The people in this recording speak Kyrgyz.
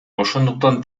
ошондуктан